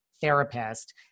therapist